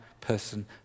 person